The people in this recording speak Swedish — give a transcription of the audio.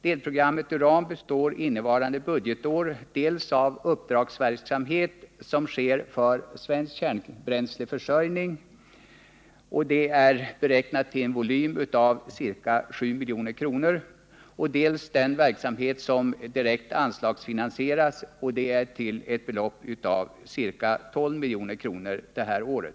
Delprogrammet Uran består innevarande budgetår av dels uppdragsverksamhet som sker för Svensk Kärnbränsleförsörjning AB och räknas till en volym av ca 7 milj.kr., dels den verksamhet som direkt anslagsfinansieras till ett belopp av ca 12 milj.kr. detta år.